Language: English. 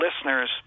listeners